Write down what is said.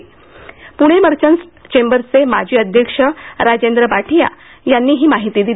Pune merchants चेंबरचे माजी अध्यक्ष राजेंद्र बांठिया यांनी ही माहिती दिली